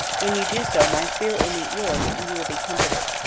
when you do so my spirit will meet yours, and you will be comforted.